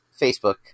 Facebook